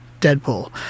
Deadpool